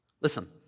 Listen